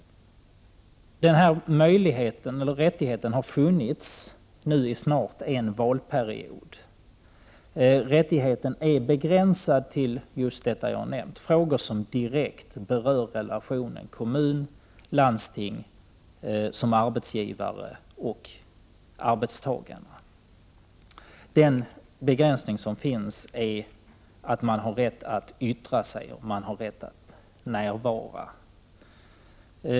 Den här möjligheten eller rättigheten har nu funnits i snart en valperiod. Rättigheten är begränsad till just det som jag har nämnt, frågor som direkt berör relationen kommunen-landstinget som arbetsgivare och arbetstagarna. Den begränsning som finns är att man bara har rätt att närvara och att yttra sig.